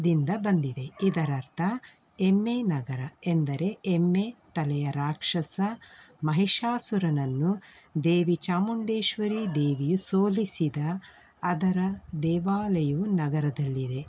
ದಿಂದ ಬಂದಿದೆ ಇದರರ್ಥ ಎಮ್ಮೆ ನಗರ ಎಂದರೆ ಎಮ್ಮೆ ತಲೆಯ ರಾಕ್ಷಸ ಮಹಿಷಾಸುರನನ್ನು ದೇವಿ ಚಾಮುಂಡೇಶ್ವರಿ ದೇವಿಯು ಸೋಲಿಸಿದ ಅದರ ದೇವಾಲಯವು ನಗರದಲ್ಲಿದೆ